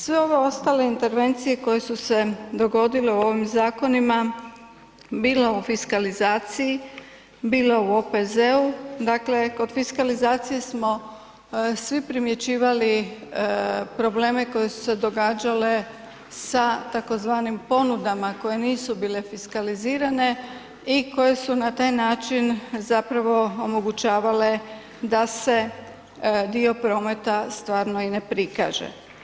Sve ove ostale intervencije koje su se dogodile u ovim zakonima, bilo u fiskalizaciji, bilo u OPZ-u, dakle kod fiskalizacije smo svi primjećivali probleme koji su se događale sa tzv. ponudama koje nisu bile fiskalizirane i koje su na taj način zapravo omogućavale da se dio prometa stvarno i ne prikaže.